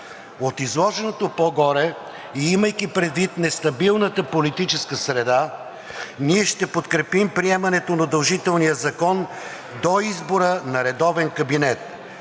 От изложеното по-горе и имайки предвид нестабилната политическа среда, ние ще подкрепим приемането на удължителния закон до избора на редовен кабинет,